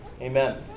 Amen